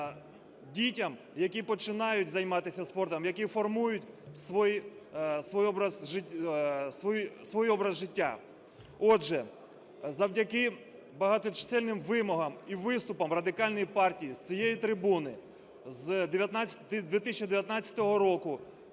дітям, які починають займатися спортом, які формують свій образ життя. Отже, завдяки багаточисельним вимогам і виступам Радикальної партії з цієї трибуни з 2019 року